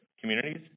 communities